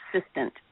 assistant